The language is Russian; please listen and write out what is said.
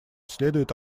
следует